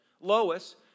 Lois